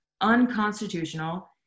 unconstitutional